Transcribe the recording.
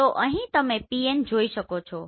તો અહીં તમે Pn જોઈ શકો છો